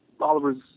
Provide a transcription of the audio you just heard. oliver's